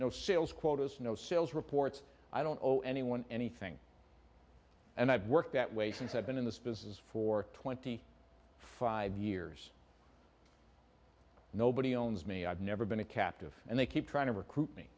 no sales quotas no sales reports i don't owe anyone anything and i've worked that way since i've been in this business for twenty five years nobody owns me i've never been a captive and they keep trying to recruit me